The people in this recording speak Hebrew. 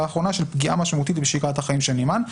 האחרונה של פגיעה משמעותית בשגרת החיים של הנמען.